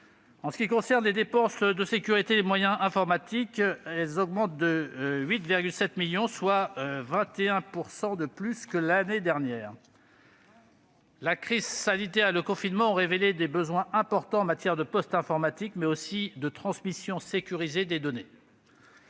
En ce qui concerne les dépenses de sécurité et les moyens informatiques, elles augmentent de 8,7 millions d'euros, soit 21 % de plus que l'année dernière. La crise sanitaire et le confinement ont révélé des besoins importants en matière de postes informatiques, mais aussi de transmission sécurisée des données.